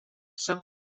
són